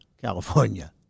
California